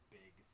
big